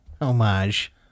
Homage